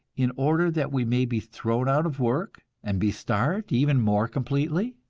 in order that we may be thrown out of work, and be starved even more completely?